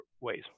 ways